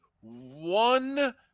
one